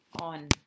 on